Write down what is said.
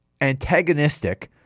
antagonistic